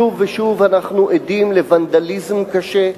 שוב ושוב אנחנו עדים לוונדליזם קשה,